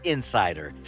Insider